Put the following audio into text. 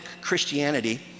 Christianity